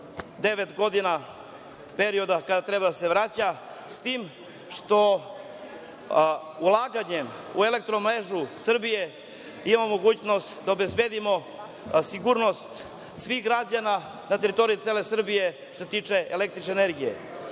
godina perioda kada treba da se vraća, s tim što ulaganjem u „Elektromrežu Srbije“ ima mogućnost da obezbedimo sigurnost svih građana na teritoriji cele Srbije što se tiče električne energije. Ja